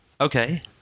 okay